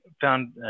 found